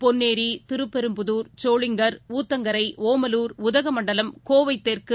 Ponneri Sriperumbudur Sholinghur Uthangarai Omalur Udhagamandalam கோவைதெற்கு